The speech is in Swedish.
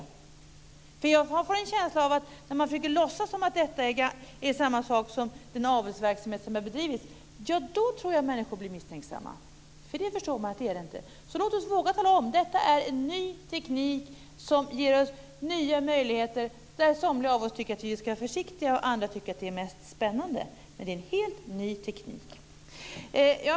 Jag tror att människor blir misstänksamma när man försöker låtsas som om detta är samma sak som den avelsverksamhet som har bedrivits. Det förstår man att det inte är. Låt oss våga tala om att detta är en ny teknik som ger oss nya möjligheter! Somliga av oss tycker att vi ska vara försiktiga och andra tycker att det är mest spännande. Men det är en helt ny teknik.